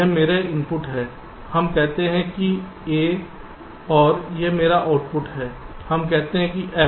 यह मेरा इनपुट है हम कहते हैं कि A और यह मेरा आउटपुट है हम कहते हैं कि F